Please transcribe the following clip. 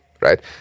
right